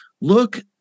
look